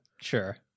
Sure